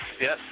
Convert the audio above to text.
yes